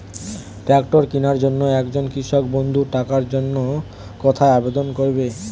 Tractor কিনার জন্য একজন কৃষক বন্ধু টাকার জন্য কোথায় আবেদন করবে?